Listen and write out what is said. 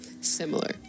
similar